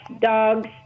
dogs